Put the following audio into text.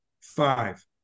Five